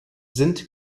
sind